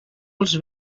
els